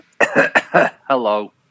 Hello